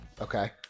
okay